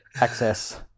access